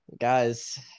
Guys